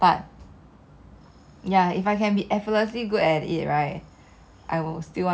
it's like right now right there's so many things that are at play if you want to be a good teacher